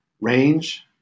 range